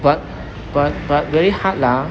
but but but very hard lah